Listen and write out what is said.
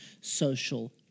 social